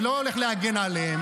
אני לא הולך להגן עליהם,